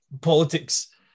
politics